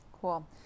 cool